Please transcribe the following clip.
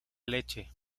leche